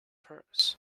purse